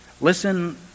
listen